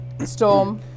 Storm